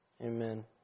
Amen